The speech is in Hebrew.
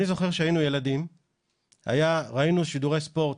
אני זוכר כאשר היינו ילדים ראינו שידורי ספורט,